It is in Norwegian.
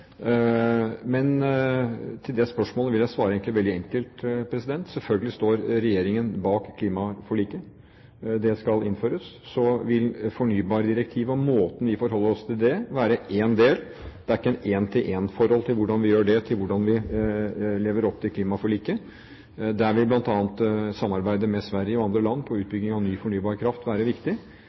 Men på det spørsmålet vil jeg egentlig svare veldig enkelt. Selvfølgelig står regjeringen bak klimaforliket. Det skal innføres. Så vil fornybardirektivet og måten vi forholder oss til det, være én del. Det er ikke et en-til-en-forhold hvordan vi gjør det, til hvordan vi lever opp til klimaforliket. Der vil bl.a. samarbeidet med Sverige og andre land om utbygging av ny fornybar kraft være viktig.